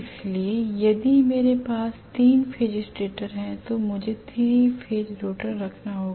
इसलिए यदि मेरे पास 3 फेज स्टेटर है तो मुझे 3 फेज रोटर रखना होगा